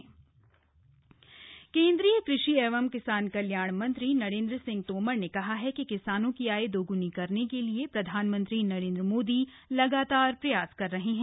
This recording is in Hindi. कृषि मंत्री बैठक केन्द्रीय कृषि एवं किसान कल्याण मंत्री नरेंद्र सिंह तोमर ने कहा है कि किसानों की आय दोग्नी करने के लिए प्रधानमंत्री नरेंद्र मोदी लगातार प्रयास कर रहे हैं